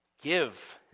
Give